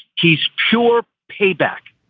he's pure payback.